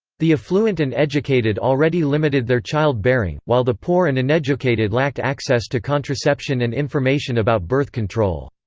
the affluent and educated already limited their child-bearing, while the poor and uneducated lacked access to contraception and information about birth control.